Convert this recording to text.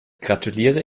gratuliere